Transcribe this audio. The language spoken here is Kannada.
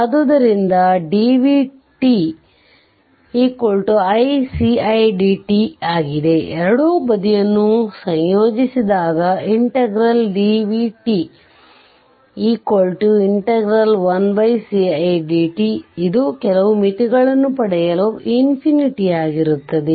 ಆದ್ದರಿಂದdvt1cidt ಆಗಿದೆ ಎರಡೂ ಬದಿಯನ್ನು ಸಂಯೋಜಿಸಿದಾಗ dvt 1cidt ಅದು ಕೆಲವು ಮಿತಿಗಳನ್ನು ಪಡೆಯಲು ಇನ್ಫಿನಿಟಿ ಯಾಗಿರುತ್ತದೆ